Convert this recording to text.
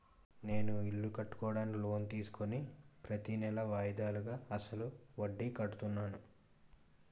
నేను ఇల్లు కట్టుకోడానికి లోన్ తీసుకుని ప్రతీనెలా వాయిదాలుగా అసలు వడ్డీ కడుతున్నాను